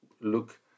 look